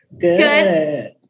Good